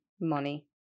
money